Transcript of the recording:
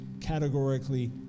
categorically